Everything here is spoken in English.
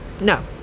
No